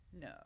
No